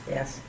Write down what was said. Yes